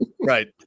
Right